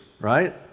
right